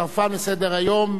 ותיכף אני אומר לכם,